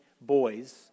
boys